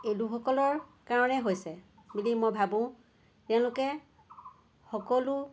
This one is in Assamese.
এই লোকসকলৰ কাৰণে হৈছে বুলি মই ভাবোঁ তেওঁলোকে সকলো